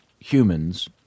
humans